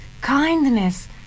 kindness